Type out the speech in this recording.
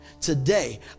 Today